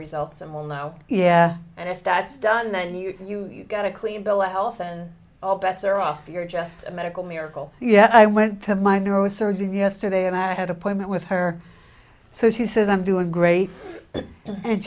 results and we'll know yeah and if that's done then you get a clean bill of health and all bets are off you're just a medical miracle yeah i went to my door with surgery yesterday and i had appointment with her so she says i'm doing great and